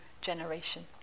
generation